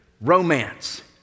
Romance